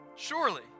Surely